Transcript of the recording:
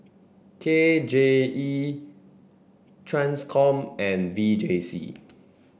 K J E TRANSCOM and V J C